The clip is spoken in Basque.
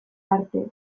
arte